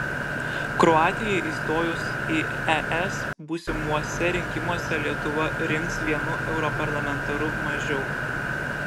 kroatijai įstojus į es būsimuose rinkimuose lietuva rinks vienu europarlamentaru mažiau